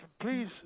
please